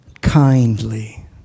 kindly